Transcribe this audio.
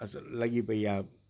असर लॻी पेई आहे